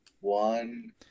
one